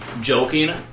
joking